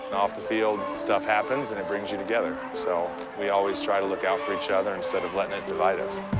and off the field, stuff happens and it brings you together. so we always try to look out for each other instead of letting it divide us.